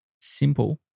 simple